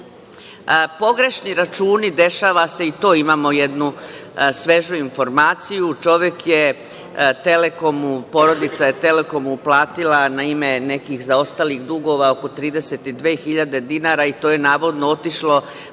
radnja. Pogrešni računi, dešava se, i to imamo jednu svežu informaciju. Čovek je „Telekomu“, porodica je „Telekomu“ uplatila na ime nekih zaostalih dugova oko 32.000 dinara i to je navodno otišlo